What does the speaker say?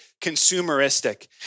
consumeristic